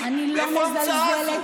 הוא מוגבל,